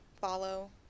follow